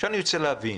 עכשיו אני רוצה להבין,